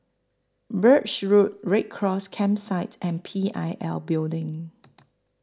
Birch Road Red Cross Campsite and P I L Building